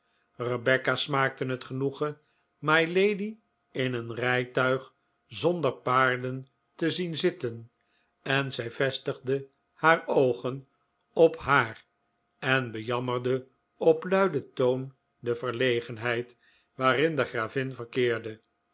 rebecca smaakte het genoegen mylady in een rijtuig zonder paarden te zien zitten en zij vestigde haar oogen op haar en bejammerde op luiden toon de verlegenheid waarin de gravin verkeerde